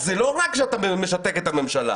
אז זה לא רק שאתה משתק את הממשלה.